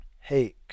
hey